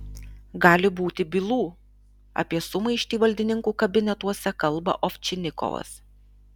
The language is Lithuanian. gali būti bylų apie sumaištį valdininkų kabinetuose kalba ovčinikovas